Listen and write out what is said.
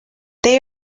they